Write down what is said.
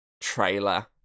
trailer